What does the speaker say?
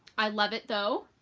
i love it though.